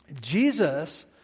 Jesus